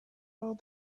all